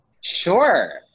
Sure